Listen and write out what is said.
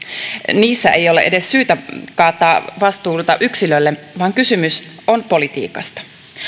niissä ei ole syytä kaataa vastuuta yksilölle vaan kysymys on politiikasta